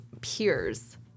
peers